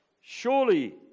Surely